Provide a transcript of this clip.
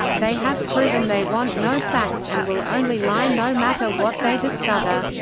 they have proven they want no facts and will only lie no matter what they discover.